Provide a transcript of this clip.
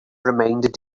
reminded